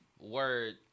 word